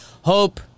Hope